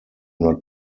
not